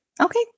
Okay